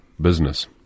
business